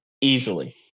easily